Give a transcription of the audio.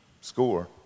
score